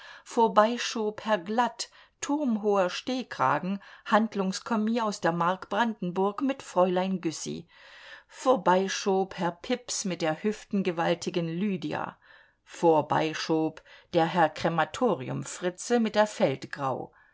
vorbei schob herr glatt turmhoher stehkragen handlungskommis aus der mark brandenburg mit fräulein güssy vorbei schob herr pips mit der hüftengewaltigen lydia vorbei schob der herr krematioriumfritze mit der in feldgrau